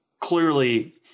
clearly